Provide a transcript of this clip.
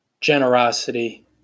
generosity